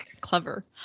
clever